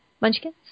Munchkins